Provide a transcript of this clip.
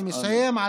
אני מסיים.